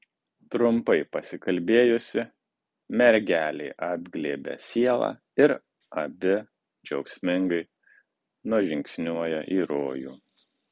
trumpai pasikalbėjusi mergelė apglėbia sielą ir abi džiaugsmingai nužingsniuoja į rojų